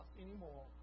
anymore